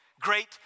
great